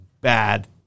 bad